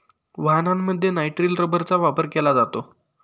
वाहनांमध्ये नायट्रिल रबरचा वापर केला जातो